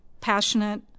passionate